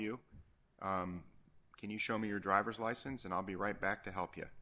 you can you show me your driver's license and i'll be right back to help